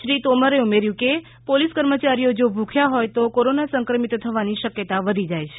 શ્રી તોમરે ઉમેર્યું કે પોલીસ કર્મચારીઓ જો ભૂખ્યા હોય તો કોરોના સંક્રમિત થવાની શક્યતા વધી જાય છે